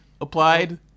applied